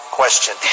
question